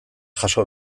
jaso